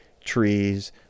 trees